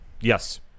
Yes